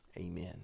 amen